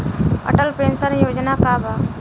Atal pension योजना का बा?